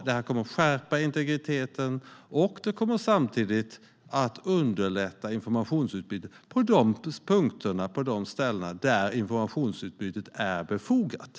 Det kommer att skärpa integriteten och kommer samtidigt att underlätta informationsutbyte på de ställen där informationsutbytet är befogat.